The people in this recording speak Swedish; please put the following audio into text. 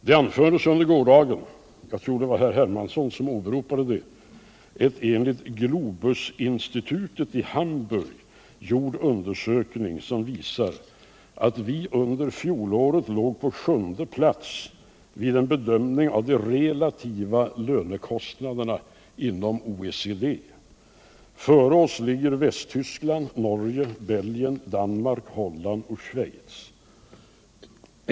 Det anfördes under gårdagen, jag tror det var av herr Hermansson, att en av Globusinstitutet i Hamburg gjord undersökning visar att vi under fjolåret låg på sjunde plats vid en bedömning av de relativa lönekostnaderna inom OECD. Före oss låg Västtyskland, Norge, Belgien, Danmark, Holland och Schweiz.